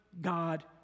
God